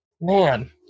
Man